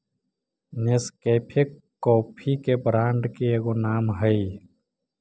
Nescafe coffee के brand के एगो नाम हई